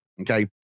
Okay